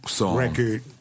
record